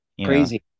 crazy